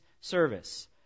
service